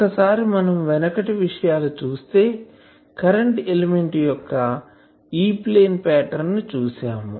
ఒక్కసారి మనం వెనకటి విషయాలు చూస్తే కరెంటు ఎలిమెంట్ యొక్క E ప్లేన్ పాటర్న్ చూసాము